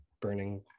burning